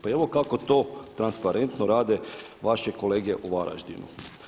Pa evo kako to transparentno rade vaše kolege u Varaždinu.